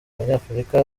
abanyafurika